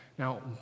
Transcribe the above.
Now